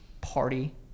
party